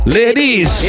ladies